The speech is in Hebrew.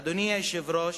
אדוני היושב-ראש,